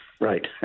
Right